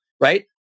right